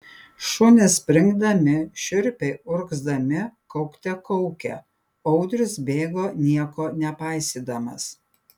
šunys springdami šiurpiai urgzdami kaukte kaukė audrius bėgo nieko nepaisydamas